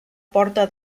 porta